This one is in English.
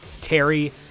Terry